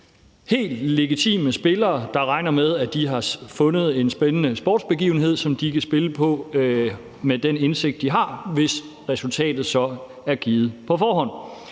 helt legitime spillere, der regner med, at de har fundet en spændende sportsbegivenhed, som de kan spille på med den indsigt, de har, hvis resultatet så er givet på forhånd.